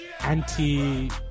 anti